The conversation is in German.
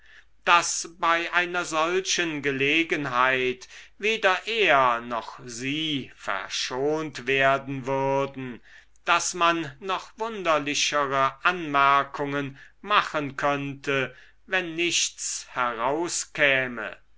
daß bei einer solchen gelegenheit weder er noch sie verschont werden würden daß man noch wunderlichere anmerkungen machen könnte wenn nichts herauskäme